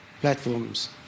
Platforms